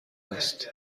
است